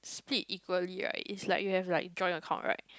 split equally right is like you have like joint account right